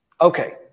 Okay